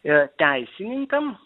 yra teisininkams